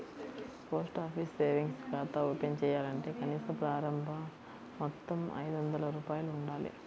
post office savings ఖాతా open చేయాలంటే కనీస ప్రారంభ మొత్తం ఐదొందల రూపాయలు ఉండాలి